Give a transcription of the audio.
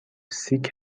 سیک